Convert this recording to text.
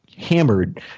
hammered